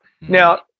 Now